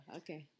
okay